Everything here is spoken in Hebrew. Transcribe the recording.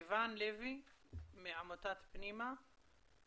סיון לוי מעמותת פנימה.